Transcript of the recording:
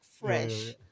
fresh